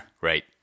Right